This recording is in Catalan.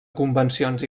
convencions